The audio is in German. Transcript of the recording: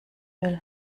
will